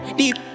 deep